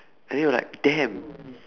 and then you're like damn